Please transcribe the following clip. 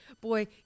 boy